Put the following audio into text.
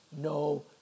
no